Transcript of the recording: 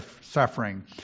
suffering